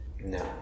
No